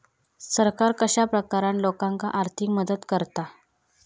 सरकार कश्या प्रकारान लोकांक आर्थिक मदत करता?